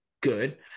good